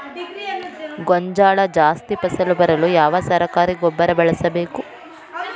ಗೋಂಜಾಳ ಜಾಸ್ತಿ ಫಸಲು ಬರಲು ಯಾವ ಸರಕಾರಿ ಗೊಬ್ಬರ ಬಳಸಬೇಕು?